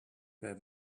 there